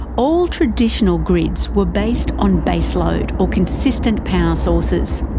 all traditional grids were based on baseload or constant power sources,